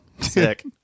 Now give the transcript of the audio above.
Sick